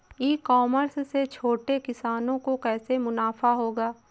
ई commerce से छोटे किसानों को कैसे मुनाफा होगा?